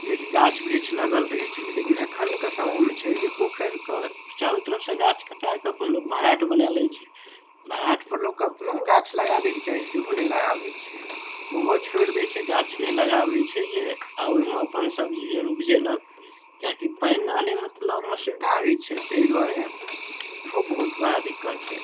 जेकि गाछ बृछ लागल रहै छलै लेकिन अखनके समयमे छै जे पोखरिके चारू तरफ सऽ गाछ काटिके अपन लोक भराठ बना लै छै भराठ पर लोक अपनो गाछ लगा दै के चाही सेहो नहि लगाबै छै ओहो छोड़ि दै छै गाछ नहि लगाबै छै जे ओहिमे अपन सब्जी आर उपजेलक किएकि पानि आनयमे तऽ लगमे सुविधा होइ छै ताहि दुआरे ओहो बहुत बड़ा दिक्कत छै